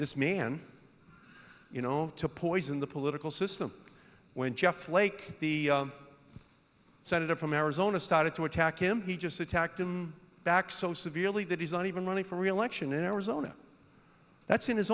this man you know to poison the political system when jeff flake the senator from arizona started to attack him he just attacked him back so severely that he's not even running for reelection in arizona that's in his